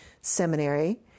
seminary